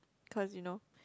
cause you know